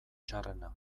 txarrena